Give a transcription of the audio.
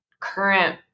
current